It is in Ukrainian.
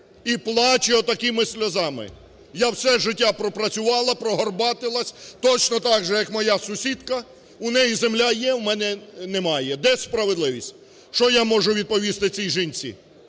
і плаче отакими сльозами: "Я все життя пропрацювала, прогорбатилася, точно так же, як моя сусідка, у неї земля є, у мене не має. Де справедливість?". Що я можу відповісти цій жінці?